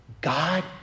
God